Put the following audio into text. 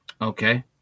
Okay